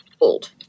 old